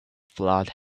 flood